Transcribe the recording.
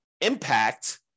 impact